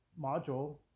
module